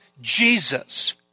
Jesus